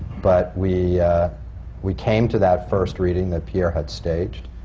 but we we came to that first reading that pierre had staged,